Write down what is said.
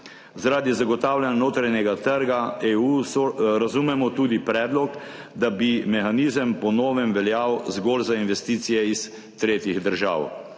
Zaradi zagotavljanja notranjega trga EU razumemo tudi predlog, da bi mehanizem po novem veljal zgolj za investicije iz tretjih držav.